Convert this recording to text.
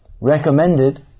recommended